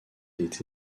des